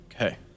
Okay